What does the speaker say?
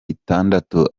itandatu